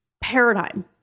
paradigm